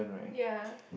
ya